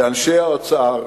לאנשי האוצר,